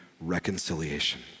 reconciliation